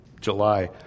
July